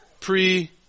pre-